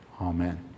Amen